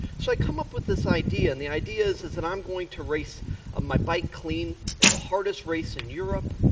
so i come up with this idea and the idea is is that i'm going to race my bike clean in the hardest race in europe,